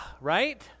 Right